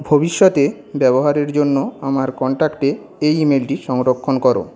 ভবিষ্যতে ব্যবহারের জন্য আমার কন্ট্যাক্টে এই ইমেলটি সংরক্ষণ করো